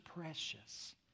precious